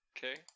Okay